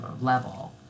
level